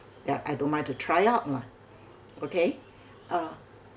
there are I don't mind to try out lah okay uh